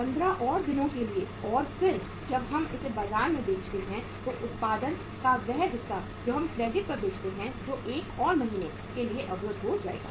15 और दिनों के लिए और फिर जब हम इसे बाजार में बेचते हैं तो उत्पादन का वह हिस्सा जो हम क्रेडिट पर बेचते हैं जो 1 और महीने के लिए अवरुद्ध हो जाएगा